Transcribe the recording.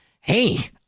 Hey